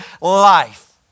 life